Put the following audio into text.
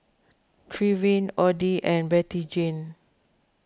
Trevin Oddie and Bettyjane